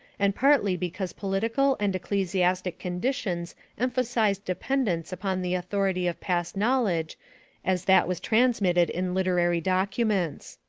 and partly because political and ecclesiastic conditions emphasized dependence upon the authority of past knowledge as that was transmitted in literary documents.